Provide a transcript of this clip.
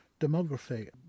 demography